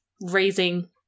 raising